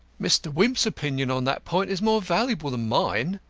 mr. wimp's opinion on that point is more valuable than mine,